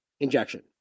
Injection